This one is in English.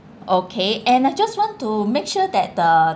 okay and I just want to make sure that the